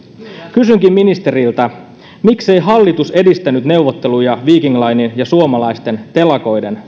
kysynkin ministeriltä miksei hallitus edistänyt neuvotteluja viking linen ja suomalaisten telakoiden